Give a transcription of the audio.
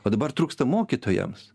o dabar trūksta mokytojams